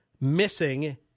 missing